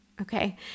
okay